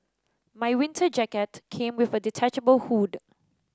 my winter jacket came with a detachable hood